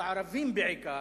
בערבים בעיקר,